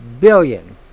billion